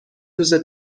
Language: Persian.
روز